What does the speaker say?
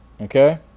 Okay